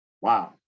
Wow